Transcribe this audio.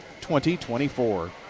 2024